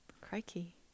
Crikey